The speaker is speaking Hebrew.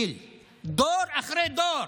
דור אחרי דור.)